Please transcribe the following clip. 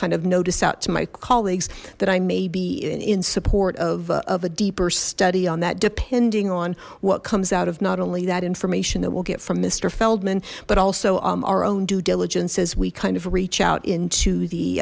kind of notice out to my colleagues that i may be in support of a deeper study on that depending on what comes out of not only that information that we'll get from mister feldman but also our own due diligence as we kind of reach out into the